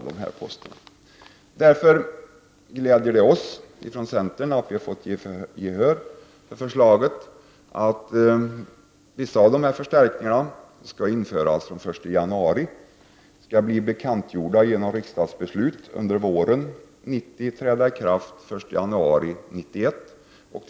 Det gläder därför oss från centern att vi har fått gehör för förslaget att vissa av dessa förstärkningar skall införas från den 1 januari och skall bli bekantgjorda genom riksdagsbeslut under våren 1990 samt träda i kraft den 1 januari 1991.